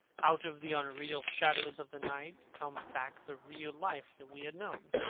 out of the unreal shadows of the night comes back the real life that we had known.